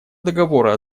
договора